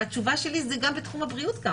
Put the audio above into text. והתשובה שלי זה גם בתחום הבריאות ככה.